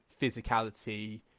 physicality